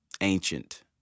ancient